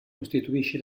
costituisce